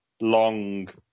long